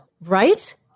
right